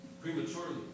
prematurely